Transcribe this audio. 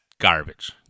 garbage